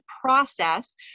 process